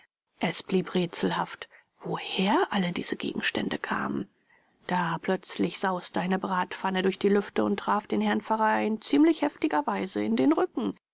es blieb rätselhaft woher alle diese gegenstände kamen da plötzlich sauste eine bratpfanne durch die lüfte und traf den herrn pfarrer in ziemlich heftiger weise in den rücken